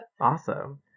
Awesome